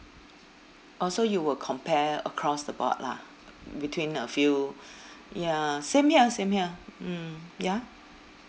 orh so you will compare across the board lah between a few ya same here same here mm ya